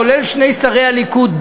כולל שני שרי הליכוד,